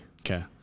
Okay